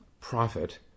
profit